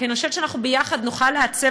כי אני חושבת שביחד אנחנו נוכל לעצב